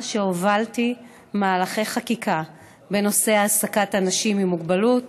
שהובלתי מהלכי חקיקה בנושא העסקת אנשים עם מוגבלות.